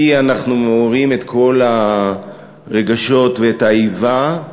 כי אנחנו מעוררים את כל הרגשות ואת האיבה,